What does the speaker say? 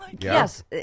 Yes